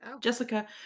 Jessica